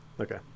Okay